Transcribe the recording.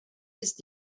ist